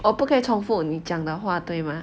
我不可以重复你讲的话对吗